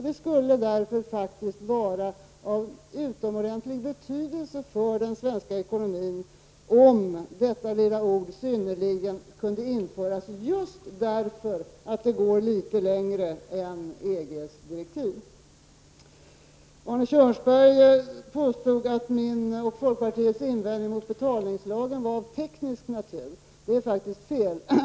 Det skulle därför faktiskt vara av utomordentlig betydelse för den svenska ekonomin om detta lilla ord ”synnerligen” kunde införas, just därför att det går litet längre än EGs direktiv. Arne Kjörnsberg påstod att min och folkpartiets invändning mot betalningslagen var av teknisk natur. Det är faktiskt fel.